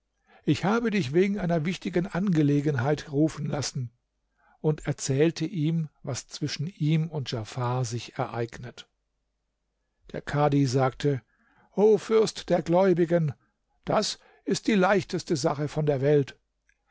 ich habe dich wegen einer wichtigen angelegenheit rufen lassen und erzählte ihm was zwischen ihm und djafar sich ereignet der kadhi sagte o fürst der gläubigen das ist die leichteste sache von der welt